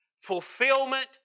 fulfillment